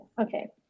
okay